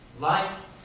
Life